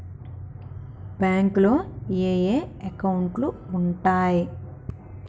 బ్యాంకులో ఏయే అకౌంట్లు ఉంటయ్?